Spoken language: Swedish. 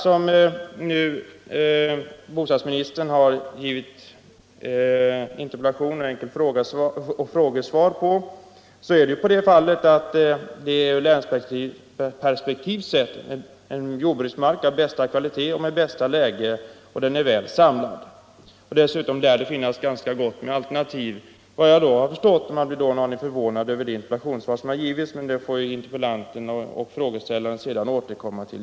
I det fall som tagits upp i den interpellation och fråga som bostadsministern nu besvarat gäller det i länsperspektiv sett en jordbruksmark av bästa kvalitet och med bästa läge, och den är väl samlad. Dessutom lär det enligt vad jag har förstått finnas gott om alternativ. Man blir då en aning förvånad över det svar bostadsministern gav, men det får väl interpellanten och frågeställaren sedan återkomma till.